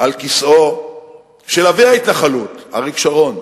על כיסאו של אבי ההתנחלות אריק שרון.